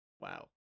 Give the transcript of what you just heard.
Wow